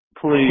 Please